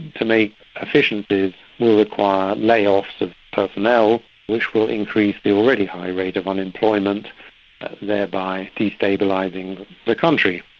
to make efficiencies will require lay-offs of personnel which will increase the already high rate of unemployment thereby destabilising the country,